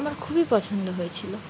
আমার খুবই পছন্দ হয়েছিলো